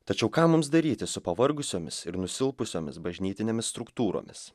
tačiau ką mums daryti su pavargusiomis ir nusilpusiomis bažnytinėmis struktūromis